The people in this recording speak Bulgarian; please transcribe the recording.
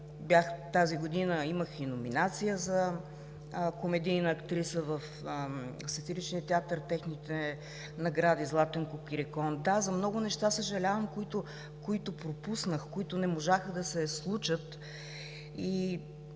имах номинация тази година за комедийна актриса в Сатиричния театър – техните награди „Златен кукерикон“. За много неща съжалявам, които пропуснах, които не можаха да се случат.